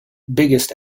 biggest